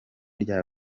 rya